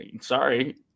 Sorry